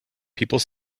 people